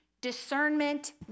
discernment